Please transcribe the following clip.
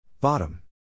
Bottom